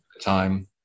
Time